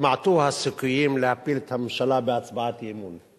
התמעטו הסיכויים להפיל את הממשלה בהצבעת אי-אמון.